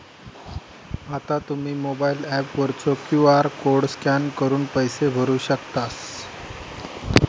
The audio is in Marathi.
आता तुम्ही मोबाइल ऍप वरचो क्यू.आर कोड स्कॅन करून पैसे भरू शकतास